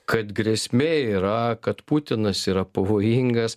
kad grėsmė yra kad putinas yra pavojingas